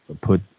put